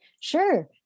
Sure